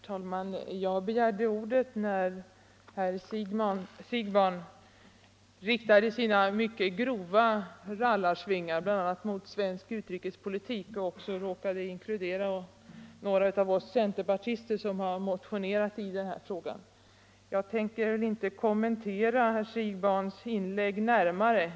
Herr talman! Jag begärde ordet när herr Siegbahn riktade sina mycket grova rallarsvingar bl.a. mot svensk utrikespolitik och också råkade inkludera några av oss centerpartister som motionerat i denna fråga. Jag tänker inte kommentera herr Siegbahns inlägg närmare.